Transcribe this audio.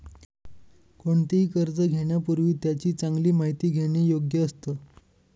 कोणतेही कर्ज घेण्यापूर्वी त्याची चांगली माहिती घेणे योग्य असतं